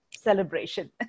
celebration